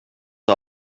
més